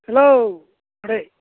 hello आदै